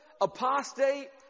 apostate